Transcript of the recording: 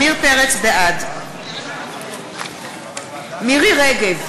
בעד מירי רגב,